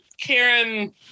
Karen